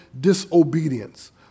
disobedience